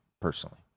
personally